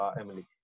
Emily